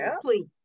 please